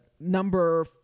number